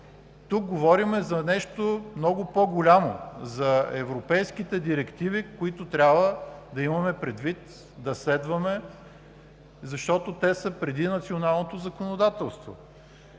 Тук говорим за нещо много по-голямо – за европейските директиви, които трябва да имаме предвид, да следваме, защото те са преди националното законодателство.